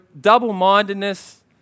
double-mindedness